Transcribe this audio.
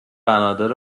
بنادر